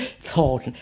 thought